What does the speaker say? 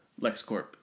LexCorp